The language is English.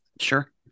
Sure